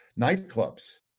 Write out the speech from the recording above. nightclubs